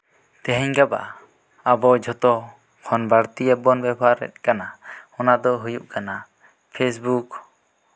ᱛᱮᱦᱮᱧ ᱜᱟᱯᱟ ᱟᱵᱚ ᱡᱷᱚᱛᱚ ᱠᱷᱚᱱ ᱵᱟᱹᱲᱛᱤ ᱮᱯ ᱵᱚᱱ ᱵᱮᱵᱚᱦᱟᱨᱮᱫ ᱠᱟᱱᱟ ᱚᱱᱟ ᱫᱚ ᱦᱩᱭᱩᱜ ᱠᱟᱱᱟ ᱯᱷᱮᱥᱵᱩᱠ